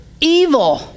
evil